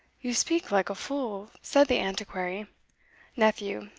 you speak like a fool, said the antiquary nephew,